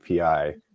API